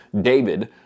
David